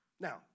Now